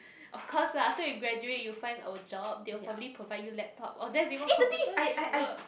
of course lah after you graduate you find a job they will probably provide you laptop or there's even computer during work